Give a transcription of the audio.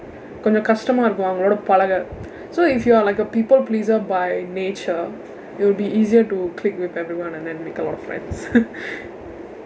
கொஞ்சம் கஷ்டமா இருக்கும் அவங்களோட பழக:konjsam kashdamaa irukkum avangkalooda pazhaka so if you are like a people pleaser by nature it would be easier to click with everyone and then make a lot of friends